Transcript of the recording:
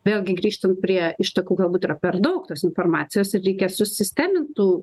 vėlgi grįžtant prie ištakų galbūt yra per daug tos informacijos ir reikia susistemintų